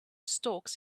storks